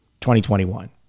2021